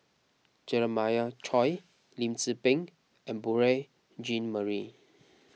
Jeremiah Choy Lim Tze Peng and Beurel Jean Marie